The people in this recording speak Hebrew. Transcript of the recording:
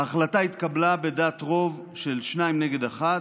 ההחלטה לבטל את צו ההריסה התקבלה בדעת רוב של שניים נגד אחת,